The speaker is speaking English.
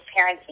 parenting